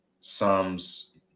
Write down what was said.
Psalms